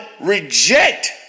reject